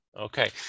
Okay